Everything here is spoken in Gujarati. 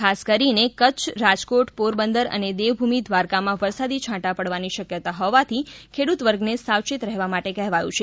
ખાસ કરીને કચ્છ રાજકોટ પોરબંદર અને દેવભૂમિ દ્વારકામાં વરસાદી છાંટા પાડવાની શક્યતા હોવાથી ખેડૂત વર્ગને સાવચેત રહેવા કહેવાયું છે